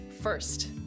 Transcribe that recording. First